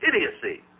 idiocy